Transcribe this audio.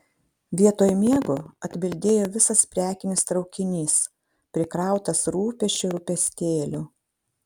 vietoj miego atbildėjo visas prekinis traukinys prikrautas rūpesčių rūpestėlių